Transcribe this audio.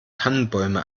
tannenbäume